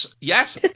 Yes